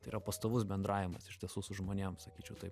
tai yra pastovus bendravimas iš tiesų su žmonėm sakyčiau taip